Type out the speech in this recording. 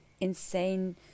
insane